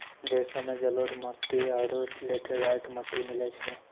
देशो मे जलोढ़ मट्टी आरु लेटेराइट मट्टी मिलै छै